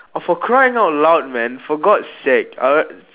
oh for crying out loud man for god's sake I'll